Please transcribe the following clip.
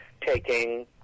taking